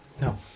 No